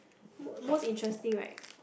what's interesting like